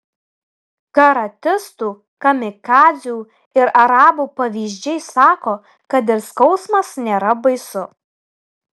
karatistų kamikadzių ir arabų pavyzdžiai sako kad ir skausmas nėra baisu